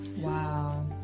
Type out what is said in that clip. wow